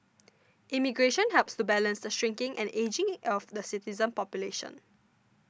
immigration helps to balance the shrinking and ageing of the citizen population